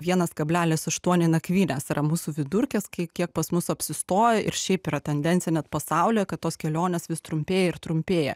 vienas kablelis aštuoni nakvynės yra mūsų vidurkis kai kiek pas mus apsistoja ir šiaip yra tendencija net pasaulyje kad tos kelionės vis trumpėja ir trumpėja